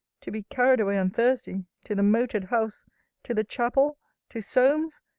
to be carried away on thursday to the moated house to the chapel to solmes!